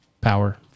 Power